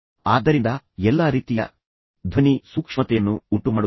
ಆದ್ದರಿಂದ ಎಲ್ಲಾ ರೀತಿಯ ಧ್ವನಿ ಸೂಕ್ಷ್ಮತೆಯನ್ನು ಉಂಟುಮಾಡುತ್ತದೆ